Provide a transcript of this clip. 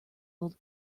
old